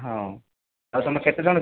ହଁ ଆଉ ତମେ କେତେ ଜଣ ଯିବ